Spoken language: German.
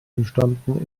entstanden